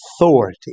authority